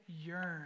yearn